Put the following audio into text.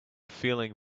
feeling